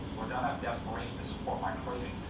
were done out of desperation to support my craving